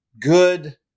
good